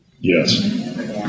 Yes